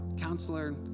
counselor